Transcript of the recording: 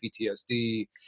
PTSD